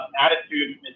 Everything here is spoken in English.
attitude